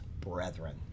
brethren